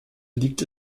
liegt